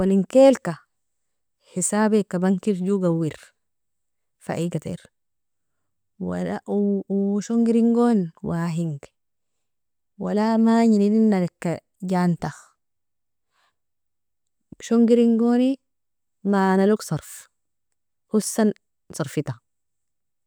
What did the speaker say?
Awalinkelka hisabika bankel jo gawer fa igater, shongeringon wahing wala manjni enin nalika janta, shongeringoni manalog sarf, hosan sarfita.